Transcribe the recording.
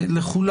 בוקר טוב לכולם.